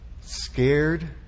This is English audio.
scared